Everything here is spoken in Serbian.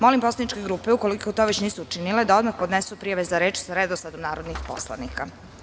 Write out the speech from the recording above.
Molim poslaničke grupe, ukoliko to već nisu učinile da odmah podnesu prijave za reč sa redosledom narodnih poslanika.